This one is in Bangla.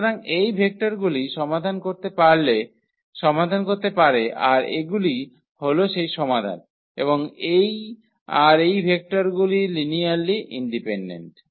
সুতরাং এই ভেক্টরগুলি সমাধান করতে পারে আর এগুলি হল সেই সমাধান এবং এই আর এই ভেক্টরগুলি লিনিয়ারলি ইন্ডিপেন্ডেন্ট